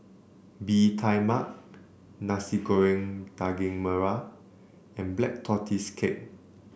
Bee Tai Mak Nasi Goreng Daging Merah and Black Tortoise Cake